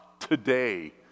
Today